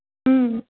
اۭں